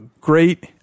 Great